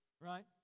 Right